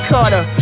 Carter